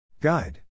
Guide